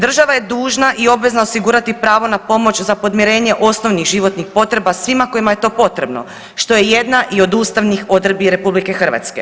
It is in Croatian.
Država je dužna i obvezna osigurati pravo na pomoć za podmirenje osnovnih životnih potreba svima kojima je to potrebno što je jedna i od ustavnih odredbi RH.